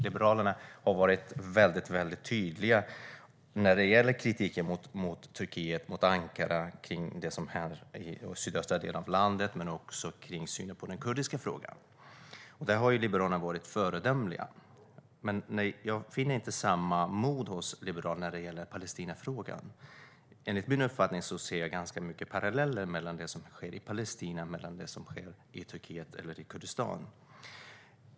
Liberalerna har varit väldigt tydliga i sin kritik mot Turkiet, mot Ankara, när det gäller det som händer i de sydöstra delarna av landet men också synen på den kurdiska frågan. Liberalerna har varit föredömliga där. Men jag finner inte samma mod hos Liberalerna när det gäller Palestinafrågan. Enligt min uppfattning finns det ganska många paralleller mellan det som sker i Palestina och det som sker i Turkiet eller Kurdistan.